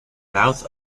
mouth